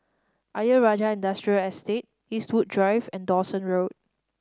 Ayer Rajah Industrial Estate Eastwood Drive and Dawson Road